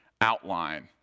outline